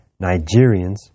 Nigerians